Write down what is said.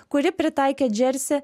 kuri pritaikė džersį